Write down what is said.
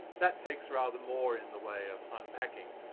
that takes rather more in the way of unpacking.